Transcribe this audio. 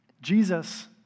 Jesus